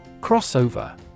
Crossover